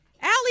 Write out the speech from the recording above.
Allie